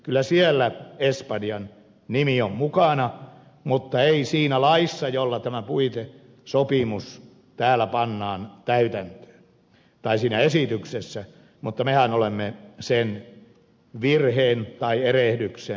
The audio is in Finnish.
kyllä siellä espanjan nimi on mukana mutta ei siinä laissa jolla tämä puitesopimus täällä pannaan täytäntöön tai siinä esityksessä mutta mehän olemme sen virheen tai erehdyksen korjanneet